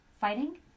fighting